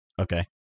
Okay